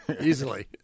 easily